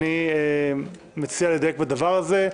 אני מציע לדייק בדבר הזה.